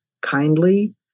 kindly